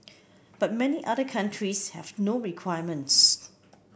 but many other countries have no requirements